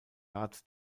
arts